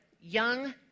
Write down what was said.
young